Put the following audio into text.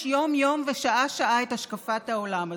יום-יום ושעה-שעה את השקפת העולם הזאת,